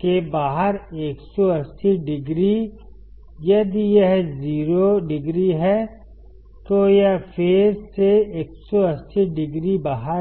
के बाहर 180 डिग्री यदि यह 0 डिग्री है तो यह फेज से 180 डिग्री बाहर है